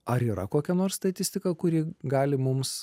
ar yra kokia nors statistika kuri gali mums